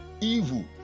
evil